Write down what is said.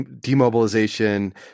demobilization